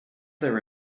their